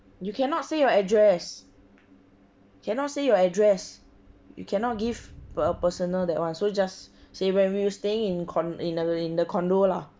you cannot say your address cannot say your address you cannot give per personal that one so just say when we were staying in con in the in the condo lah